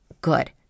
good